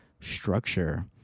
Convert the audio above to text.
structure